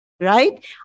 Right